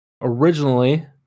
originally